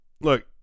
look